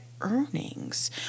earnings